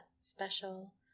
special